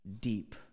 deep